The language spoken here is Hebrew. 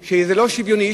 אנשים, וזה לא שוויוני.